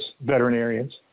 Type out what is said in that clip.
veterinarians